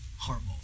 horrible